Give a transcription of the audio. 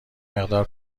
مقدار